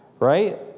Right